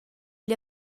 gli